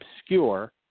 obscure